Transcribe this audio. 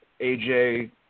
AJ